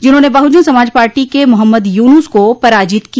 जिन्होंने बहुजन समाज पार्टी के मोहम्मद युनूस को पराजित किया